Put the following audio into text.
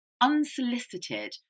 unsolicited